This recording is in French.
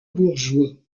bourgeois